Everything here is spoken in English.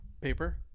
paper